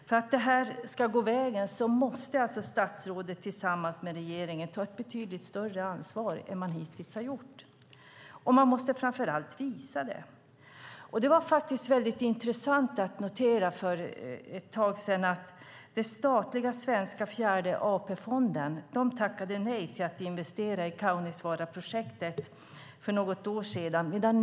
För att detta ska gå vägen måste statsrådet tillsammans med regeringen ta ett betydligt större ansvar än hittills - och framför allt visa ansvaret. Det var intressant att notera att den svenska statliga Fjärde AP-fonden för en tid sedan tackade nej till att investera i Kaunisvaaraprojektet.